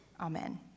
Amen